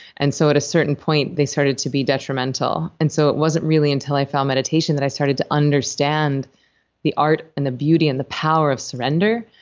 and so at a certain point, point, they started to be detrimental. and so it wasn't really until i found meditation that i started to understand the art and the beauty and the power of surrender,